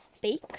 bake